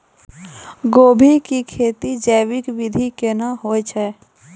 गोभी की खेती जैविक विधि केना हुए छ?